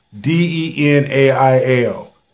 D-E-N-A-I-L